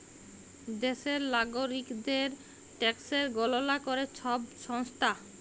দ্যাশের লাগরিকদের ট্যাকসের গললা ক্যরে ছব সংস্থা